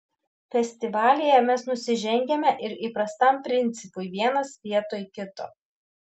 festivalyje mes nusižengiame ir įprastam principui vienas vietoj kito